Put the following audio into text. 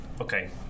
Okay